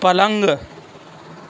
پلنگ